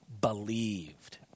believed